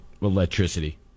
electricity